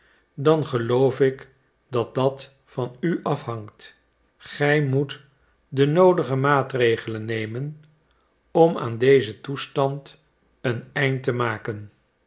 dan geloof ik dat dat van u afhangt gij moet de noodige maatregelen nemen om aan dezen toestand een eind te maken